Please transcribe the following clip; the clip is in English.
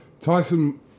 Tyson